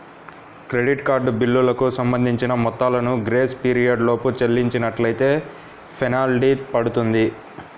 credit card బిల్లులకు సంబంధించిన మొత్తాలను గ్రేస్ పీరియడ్ లోపు చెల్లించనట్లైతే ఫెనాల్టీ పడుతుంది